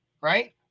Right